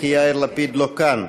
להצביע, כי יאיר לפיד לא כאן.